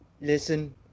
Listen